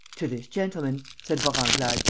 to this gentleman, said vorenglade,